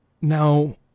Now